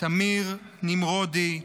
תמיר נמרודי,